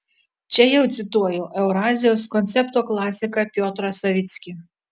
čia jau cituoju eurazijos koncepto klasiką piotrą savickį